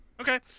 Okay